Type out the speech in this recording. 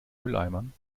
mülleimern